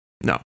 no